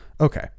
Okay